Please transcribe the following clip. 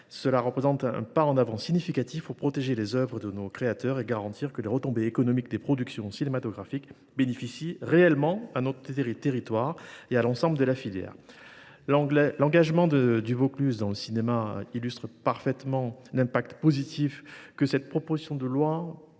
miroirs, un pas en avant significatif pour protéger les œuvres de nos créateurs et garantir que les retombées économiques des productions cinématographiques bénéficient réellement à notre territoire et à l’ensemble de la filière. L’engagement du Vaucluse dans le cinéma illustre parfaitement l’impact positif que l’on peut attendre de